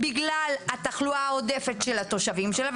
בגלל התחלואה העודפת של התושבים שנה,